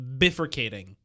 bifurcating